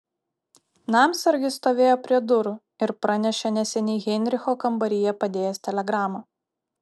namsargis stovėjo prie durų ir pranešė neseniai heinricho kambaryje padėjęs telegramą